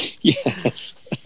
Yes